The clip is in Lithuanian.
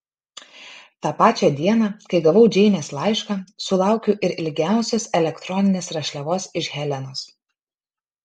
tą pačią dieną kai gavau džeinės laišką sulaukiau ir ilgiausios elektroninės rašliavos iš helenos